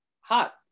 hot